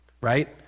Right